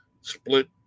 split